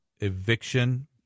eviction